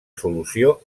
solució